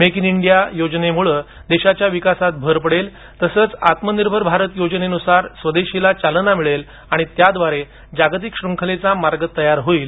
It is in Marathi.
मेक इन इंडिया योजनेमुळे देशाच्या विकासात भर पडेल तसंच आत्मनिर्भर भारत योजनेनुसार स्वदेशीच्या वाढीमुळे जागतिक शृंखलेचा मार्ग तयार होईल